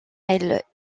elle